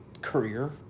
career